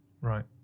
Right